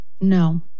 No